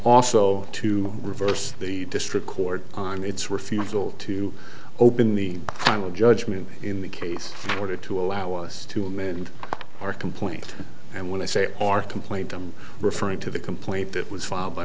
also to reverse the district court on its refusal to open the final judgment in the case order to allow us to amend our complaint and when i say our complaint i'm referring to the complaint that was filed